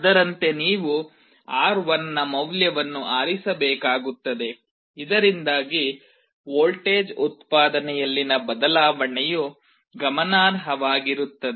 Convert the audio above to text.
ಅದರಂತೆ ನೀವು R1 ನ ಮೌಲ್ಯವನ್ನು ಆರಿಸಬೇಕಾಗುತ್ತದೆ ಇದರಿಂದಾಗಿ ವೋಲ್ಟೇಜ್ ಉತ್ಪಾದನೆಯಲ್ಲಿನ ಬದಲಾವಣೆಯು ಗಮನಾರ್ಹವಾಗಿರುತ್ತದೆ